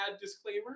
disclaimer